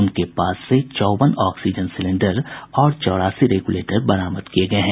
उनके पास से चौवन ऑक्सीजन सिलेंडर और चौरासी रेगुलेटर बरामद किये गये हैं